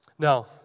Now